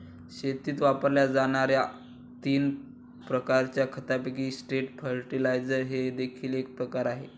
शेतीत वापरल्या जाणार्या तीन प्रकारच्या खतांपैकी स्ट्रेट फर्टिलाइजर हे देखील एक प्रकार आहे